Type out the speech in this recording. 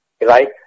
right